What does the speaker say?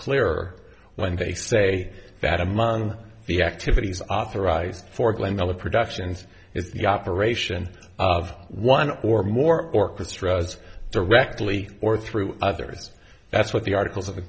clearer when they say that among the activities authorized for glendale the productions is the operation of one or more orchestras directly or through others that's what the articles o